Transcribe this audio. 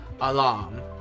alarm